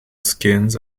skinks